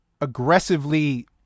aggressively